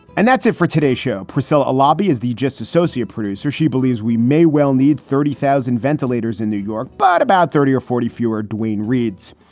and that's it for today's show. presell a lobby is the just associate producer, she believes we may well need thirty thousand ventilators in new york, but about thirty or forty fewer, duane reads.